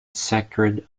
sacred